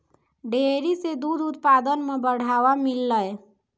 dairy सें दूध उत्पादन म बढ़ावा मिललय